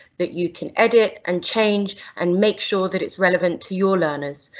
that you can edit and change and make sure that it's relevant to your learners.